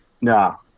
no